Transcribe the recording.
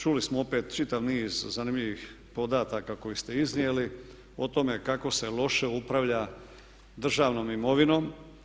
Čuli smo opet čitav niz zanimljivih podataka koje ste iznijeli o tome kako se loše upravlja državnom imovinom.